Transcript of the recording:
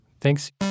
Thanks